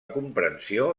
comprensió